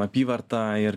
apyvarta ir